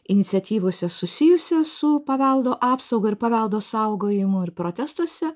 iniciatyvose susijusias su paveldo apsauga ir paveldo saugojimu ir protestuose